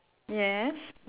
yes